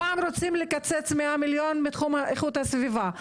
פעם רוצים לקצץ כ-100 מיליון מתחום איכות הסביבה,